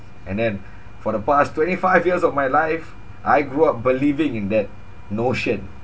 and then for the past twenty five years of my life I grew up believing in that notion